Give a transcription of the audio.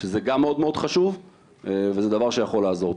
שזה גם מאוד חשוב וזה דבר שיכול לעזור.